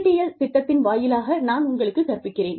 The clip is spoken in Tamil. NPTEL திட்டத்தின் வாயிலாக நான் உங்களுக்குக் கற்பிக்கிறேன்